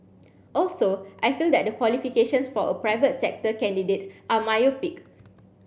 also I feel that the qualifications for a private sector candidate are myopic